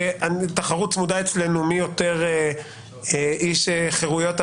שהתחרות אצלנו היא צמודה מי יותר איש חירויות הפרט.